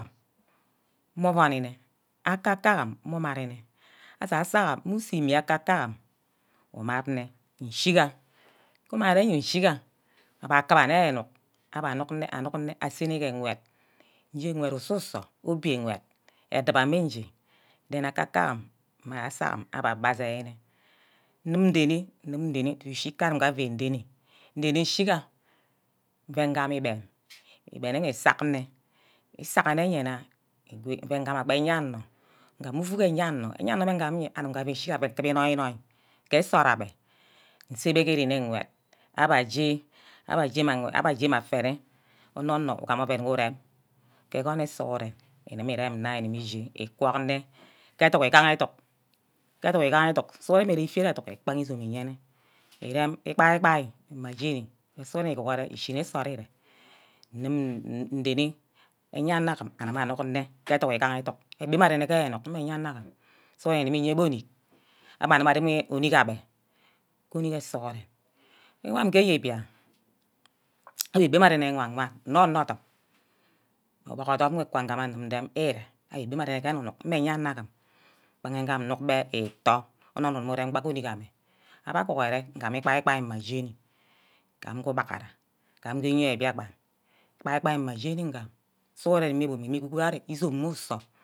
. mmuuuni-nne, akakam mimu-marinne, asasam mmu use imi akakam umad nne ishigha wor umad ye ishiga abbe akume nne enuck, abbe anuck nne, abba anuck nne asene ke ngwed, nde ngwed osusor obio ngwed, adumame nje, den akakam mme asa sor agbe asia nne nnim dene, nnim dene dudu kanum-nge muan ren-nene, nrenne nshiga, muen gama igben, igben wor iserk iserk nne nna nna mfu uen gummabe ayannor ingume uuuk ayanor, ayenor wer ngam-iyeh ngame ishi abbe kube inoi-inoi ke nsort abbe nsebe ke ren ngwed abbe aje, abbe je mma afenne, onor-nor ugam ouen wor uriem ke agoneh sughuren igume-irem nne, ugubu use igwor nne keduck-egaha educk, ke educk igaha educk sushuren mme ifait educk ugbaha aduck uyene, irem igbai-bai mme jene irem sughuren uche uguru ishineh nsort ire ngim rene, ayanagim agama anuck nne ke educk egaha educk abbabe mma renne ke enuck mme enagim sughuren ukube iyebe onick, abba guma arem unick abbe ke unike eh sughuren, iwan ge ije bia, abbe be mmah arene ke ewan nne odum odum, mme obuck odum nka guma ereare. agbe gbe mma rene ke enuck mme ayanna asim gbe nge nnuok bet itoh, ohor-nor ugumu urem gbe ke unick abbe, abe aguhure ngame igbai-bai mme jeni kam amin ku ubaghara, gam iyia biakpan. igbai-igbai mme jeni ngam sughuren ugumu igo-gohari izome mme isor